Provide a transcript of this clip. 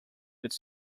could